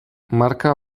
marka